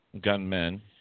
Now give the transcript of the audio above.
Gunmen